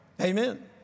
Amen